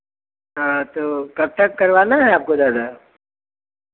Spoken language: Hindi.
हाँ तो कब तक करवाना है आपको दादा